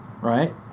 right